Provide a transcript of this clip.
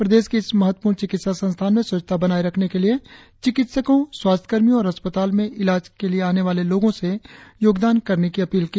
प्रदेश के इस महत्वपूर्ण चिकित्सा संस्थान में स्वच्छता बनाए रखने के लिए चिकिस्तकों स्वास्थ्यकर्मियों और अस्पताल में इलाज के लिए आने वाले लोगों से योगदान करने की अपील की